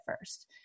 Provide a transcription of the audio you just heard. first